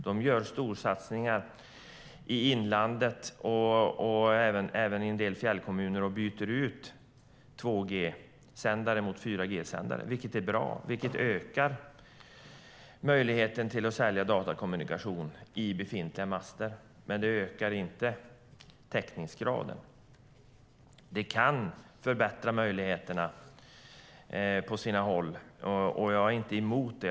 De gör storsatsningar i inlandet och även i en del fjällkommuner. De byter ut 2G-sändare mot 4G-sändare, vilket är bra och ökar möjligheten till att sälja datakommunikation i befintliga master, men det ökar inte täckningsgraden. Det kan förbättra möjligheterna på sina håll, och jag är inte emot det.